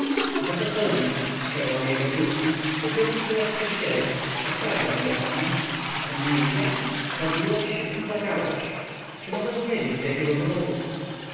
za pozwoleniem przerwał jej wokulski dopieroco byłaś w kościele wszak prawda moja pani pan mnie widział modliłaś się i płakałaś czy mogę wiedzieć z jakiego powodu